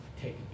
take